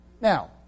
Now